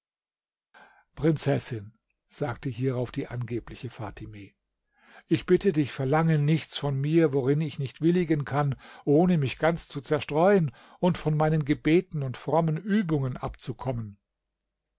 prinzessin sagte hierauf die angebliche fatime ich bitte dich verlange nichts von mir worin ich nicht willigen kann ohne mich ganz zu zerstreuen und von meinen gebeten und frommen übungen abzukommen